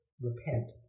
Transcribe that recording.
repent